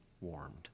warmed